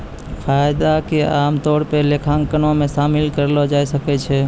फायदा के आमतौरो पे लेखांकनो मे शामिल करलो जाय सकै छै